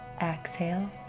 Exhale